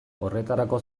horretarako